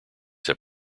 have